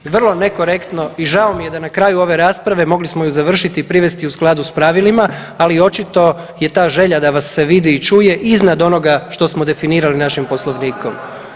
I vrlo nekorektno i žao mi je da na kraju ove rasprave mogli smo ju završiti i privesti u skladu s pravilima, ali očito je ta želja da vas se vidi i čuje iznad onoga što smo definirali našim poslovnikom.